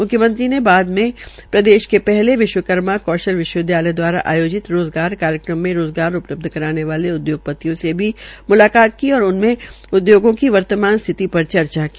मुख्यमंत्री बाद में प्रदेश के पहले विश्वकर्मा कौशल विश्वविद्यालय दवारा आयोजित रोज़गार कार्यक्रम में रोज़गार उपलब्ध कराने वाले उदयोगतियों से भी मुलाकात की और उनसे उद्योग की वर्तमान स्थिति पर चर्चा की